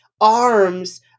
arms